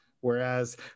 Whereas